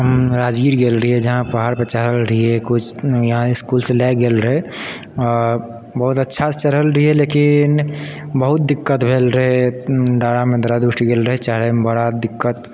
हम राजगीर गेल रहिए जहाँ पहाड़पर चढ़ल रहिए यहाँ इसकुलसँ लए गेल रहै आओर बहुत अच्छासँ चढ़ल रहिए लेकिन बहुत दिक्कत भेल रहै डाँढ़मे दरद उठि गेल रहै चढ़ैमे बड़ा दिक्कत